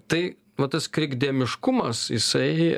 tai vat tas krikdemiškas jisai